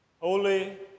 Holy